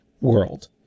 world